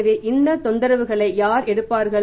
எனவே இந்த தொந்தரவுகளை யார் எடுப்பார்கள்